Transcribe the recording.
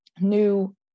new